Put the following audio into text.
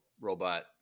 robot